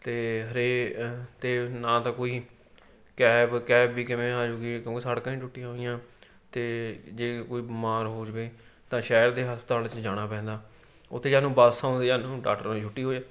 ਅਤੇ ਹਰੇ ਅਤੇ ਨਾ ਤਾਂ ਕੋਈ ਕੈਬ ਕੈਬ ਵੀ ਕਿਵੇਂ ਆਜੂੰਗੀ ਕਿਉਂਕਿ ਸੜਕਾਂ ਹੀ ਟੁੱਟੀਆਂ ਹੋਈਆਂ ਅਤੇ ਜੇ ਕੋਈ ਬਿਮਾਰ ਹੋ ਜਾਵੇ ਤਾਂ ਸ਼ਹਿਰ ਦੇ ਹਸਪਤਾਲ 'ਚ ਜਾਣਾ ਪੈਂਦਾ ਉੱਥੇ ਜਦ ਨੂੰ ਬੱਸ ਆਉਂਦੀ ਹੈ ਜਦ ਨੂੰ ਡਾਕਟਰਾਂ ਦੀ ਛੁੱਟੀ ਹੋ ਜ